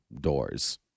doors